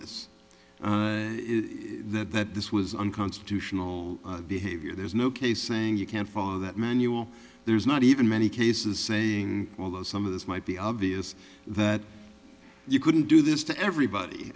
that that this was unconstitutional behavior there's no case saying you can't follow that manual there's not even many cases saying although some of this might be obvious that you couldn't do this to everybody